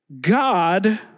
God